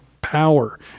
power